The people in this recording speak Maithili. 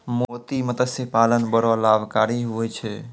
मोती मतस्य पालन बड़ो लाभकारी हुवै छै